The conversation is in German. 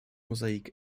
mosaik